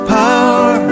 power